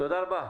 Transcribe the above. תודה רבה.